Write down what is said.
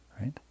right